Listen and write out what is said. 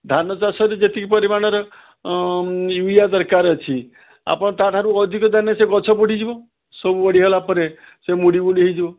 ଧାନଚାଷରେ ଯେତିକି ପରିମାଣର ୟୁରିଆ ଦରକାର ଅଛି ଆପଣ ତା'ଠାରୁ ଅଧିକ ଦେଲେ ସେ ଗଛ ବଢ଼ିଯିବ ସବୁ ବଢ଼ିଗଲା ପରେ ସେ ମୋଡ଼ି ମୋଡ଼ି ହେଇଯିବ